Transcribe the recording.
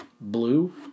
blue